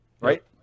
right